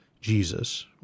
Jesus